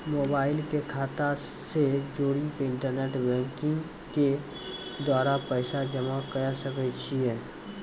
Mobile के खाता से जोड़ी के इंटरनेट बैंकिंग के द्वारा पैसा जमा करे सकय छियै?